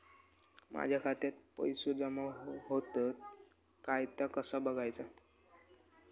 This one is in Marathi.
माझ्या खात्यात पैसो जमा होतत काय ता कसा बगायचा?